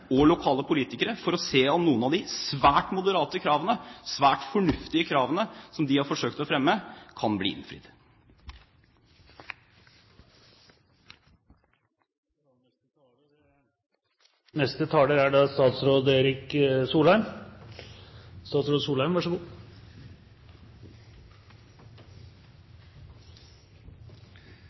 og lokale politikere for å se om noen av de svært moderate kravene, svært fornuftige kravene, som de har forsøkt å fremme, kan bli innfridd?